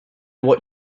what